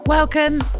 Welcome